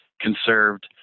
conserved